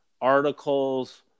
articles